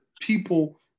people